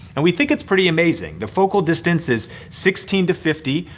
and we think it's pretty amazing. the focal distance is sixteen to fifty.